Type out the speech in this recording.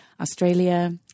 Australia